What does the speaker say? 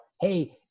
hey